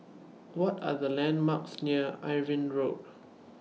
What Are The landmarks near Irving Road